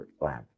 Lab